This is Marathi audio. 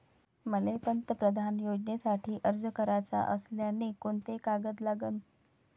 मले पंतप्रधान योजनेसाठी अर्ज कराचा असल्याने कोंते कागद लागन?